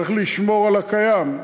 צריך לשמור על הקיים,